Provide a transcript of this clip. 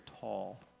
tall